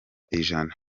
ijana